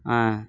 ஆ